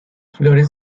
flores